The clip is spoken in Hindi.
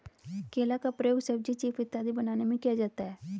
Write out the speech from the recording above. केला का प्रयोग सब्जी चीफ इत्यादि बनाने में किया जाता है